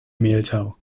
mehltau